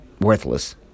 worthless